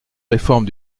réforme